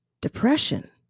Depression